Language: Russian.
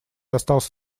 остался